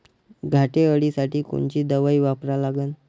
घाटे अळी साठी कोनची दवाई वापरा लागन?